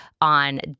on